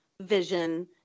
vision